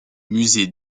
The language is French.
musée